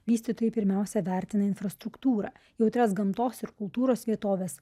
vystytojai pirmiausia vertina infrastruktūrą jautrias gamtos ir kultūros vietoves